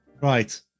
Right